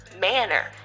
manner